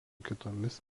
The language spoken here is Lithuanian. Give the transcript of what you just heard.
kitomis